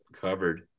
covered